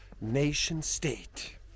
nation-state